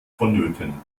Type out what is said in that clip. vonnöten